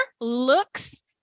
looks